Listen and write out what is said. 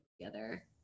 together